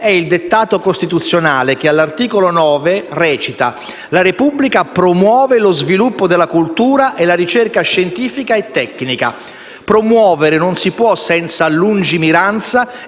il dettato costituzionale, che all'articolo 9 recita: «La Repubblica promuove lo sviluppo della cultura e la ricerca scientifica e tecnica». Non si può promuovere senza lungimiranza e